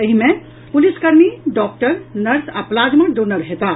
एहि मे पुलिसकर्मी डॉक्टर नर्स आ प्लाज्मा डोनर हेताह